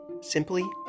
Simply